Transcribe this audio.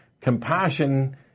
Compassion